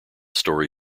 story